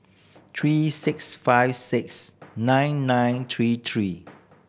three six five six nine nine three three